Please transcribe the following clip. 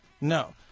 No